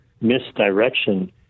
misdirection